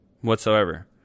whatsoever